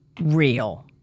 real